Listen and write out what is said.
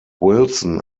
wilson